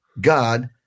God